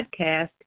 podcast